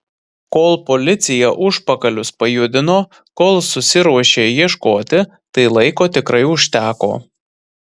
kol policija užpakalius pajudino kol susiruošė ieškoti tai laiko tikrai užteko